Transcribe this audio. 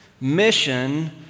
Mission